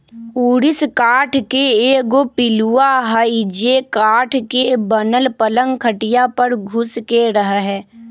ऊरिस काठ के एगो पिलुआ हई जे काठ के बनल पलंग खटिया पर घुस के रहहै